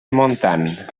montant